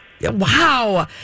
Wow